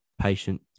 patient